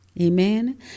amen